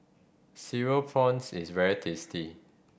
Cereal Prawns is very tasty